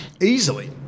Easily